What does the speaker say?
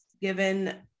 given